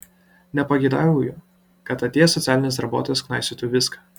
nepageidauju kad atėjęs socialinis darbuotojas knaisiotų viską